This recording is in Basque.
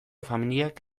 familiek